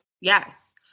Yes